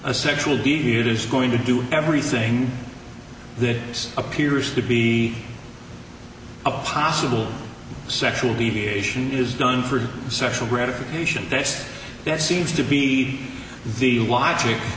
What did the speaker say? a sexual deviant is going to do everything that appears to be a possible sexual deviation is done for sexual gratification that's that seems to be the logic